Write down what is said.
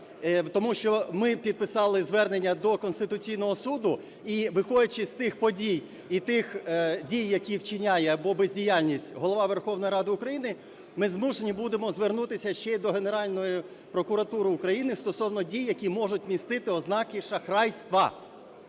тому що ми підписали звернення до Конституційного Суду. І виходячи з тих подій і тих дій, які вчиняє… або бездіяльність Голови Верховної Ради України, ми змушені будемо звернутися ще і до Генеральної прокуратури України стосовно дій, які можуть містити ознаки шахрайства.